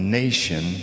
nation